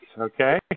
okay